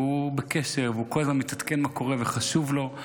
והוא בקשר והוא כל הזמן מתעדכן מה קורה וחשוב לו.